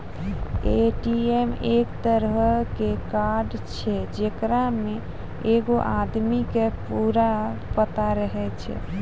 ATM एक तरहो के कार्ड छै जेकरा मे एगो आदमी के पूरा पता रहै छै